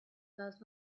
does